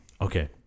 Okay